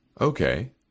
Okay